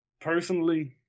personally